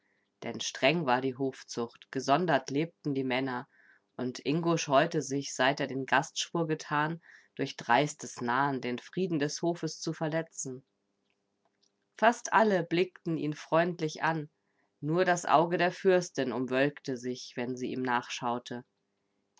denn streng war die hofzucht gesondert lebten die männer und ingo scheute sich seit er den gastschwur getan durch dreistes nahen den frieden des hofes zu verletzen fast alle blickten ihn freundlich an nur das auge der fürstin umwölkte sich wenn sie ihm nachschaute